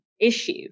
issue